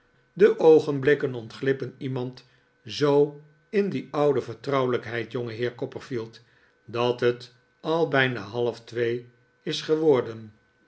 de oogenblikken ontglippen iemand zoo in die oude vertrouwelijkheid jongeheer copperfield dat het al bijna half twee is gewordem